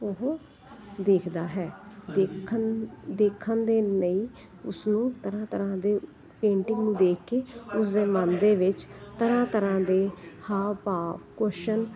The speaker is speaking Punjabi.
ਉਹ ਦੇਖਦਾ ਹੈ ਦੇਖਣ ਦੇਖਣ ਦੇ ਲਈ ਉਸਨੂੰ ਤਰ੍ਹਾਂ ਤਰ੍ਹਾਂ ਦੇ ਪੇਂਟਿੰਗ ਨੂੰ ਦੇਖ ਕੇ ਉਸਦੇ ਮਨ ਦੇ ਵਿੱਚ ਤਰ੍ਹਾਂ ਤਰ੍ਹਾਂ ਦੇ ਹਾਵ ਭਾਵ ਕੌਸ਼ਲ